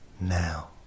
now